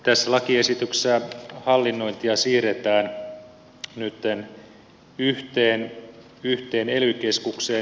tässä lakiesityksessä hallinnointia siirretään nyt yhteen ely keskukseen